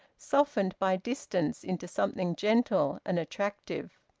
softened by distance into something gentle and attractive.